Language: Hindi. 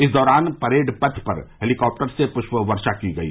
इस दौरान परेड पथ पर हेलीकॉप्टर से पृष्प वर्षा की गई